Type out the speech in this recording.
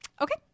Okay